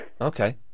Okay